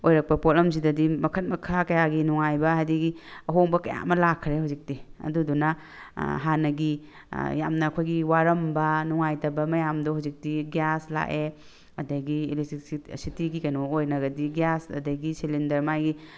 ꯑꯣꯏꯔꯛꯄ ꯄꯣꯠꯂꯝꯁꯤꯡꯗꯗꯤ ꯃꯈꯟ ꯃꯈꯥ ꯀꯌꯥꯒꯤ ꯅꯨꯉꯥꯏꯕ ꯑꯗꯨꯗꯒꯤ ꯑꯍꯣꯟꯒ ꯀꯌꯥ ꯑꯃ ꯂꯥꯛꯈ꯭ꯔꯦ ꯍꯧꯖꯤꯛꯇꯤ ꯑꯗꯨꯗꯅ ꯍꯥꯟꯅꯒꯤ ꯌꯥꯝꯅ ꯑꯩꯈꯣꯏꯒꯤ ꯋꯥꯔꯝꯕ ꯅꯨꯉꯥꯏꯇꯥꯕ ꯃꯌꯥꯝꯗꯣ ꯍꯧꯖꯤꯛꯇꯤ ꯒꯌꯥꯁ ꯂꯥꯛꯑꯦ ꯑꯗꯨꯗꯒꯤ ꯑꯦꯂꯦꯛꯇ꯭ꯔꯤꯁꯤꯇꯤꯒꯤ ꯀꯩꯅꯣ ꯑꯣꯏꯅꯒꯗꯤ ꯒꯌꯥꯁ ꯑꯗꯨꯗꯒꯤ ꯁꯤꯂꯤꯟꯗꯔ ꯃꯥꯒꯤ